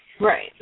Right